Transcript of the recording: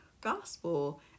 gospel